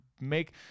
make